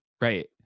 right